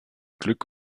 glück